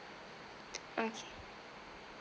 okay